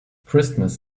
christmas